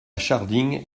scharding